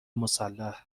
مسلح